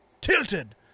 tilted